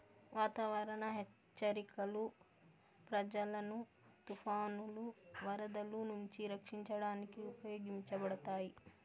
వాతావరణ హెచ్చరికలు ప్రజలను తుఫానులు, వరదలు నుంచి రక్షించడానికి ఉపయోగించబడతాయి